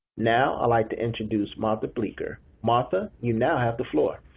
now, i'd like to introduce martha bleeker. martha, you now have the floor.